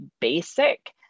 basic